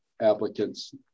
applicants